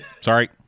sorry